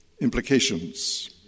implications